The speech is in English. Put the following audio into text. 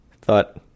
thought